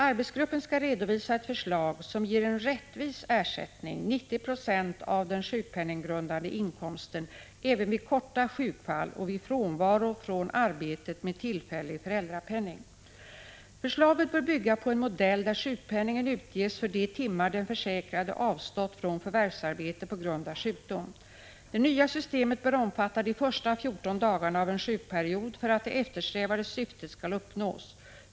Arbetsgruppen skall redovisa ett förslag som ger en rättvis ersättning, 90 96 av den sjukpenninggrundande inkomsten, även vid korta sjukfall och vid frånvaro från arbetet med tillfällig föräldrapenning. Förslaget bör bygga på en modell där sjukpenningen utges för de timmar den försäkrade avstått från förvärvsarbete på grund av sjukdom. Det nya systemet bör omfatta de första 14 dagarna av en sjukperiod för att det eftersträvade syftet skall uppnås.